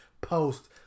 post